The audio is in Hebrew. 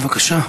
בבקשה.